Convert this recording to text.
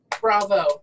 Bravo